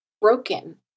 broken